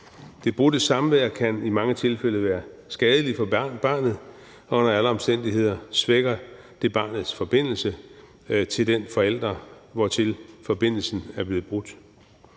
Det brudte samvær kan i mange tilfælde være skadeligt for barnet, og under alle omstændigheder svækker det barnets forbindelse til den forælder, hvortil forbindelsen er blevet brudt.